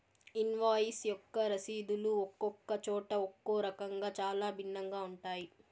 invoice యొక్క రసీదులు ఒక్కొక్క చోట ఒక్కో రకంగా చాలా భిన్నంగా ఉంటాయి